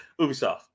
Ubisoft